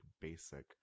basic